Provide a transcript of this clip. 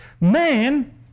Man